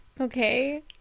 Okay